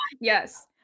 yes